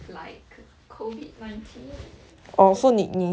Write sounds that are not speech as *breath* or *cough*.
like COVID nineteen so *breath*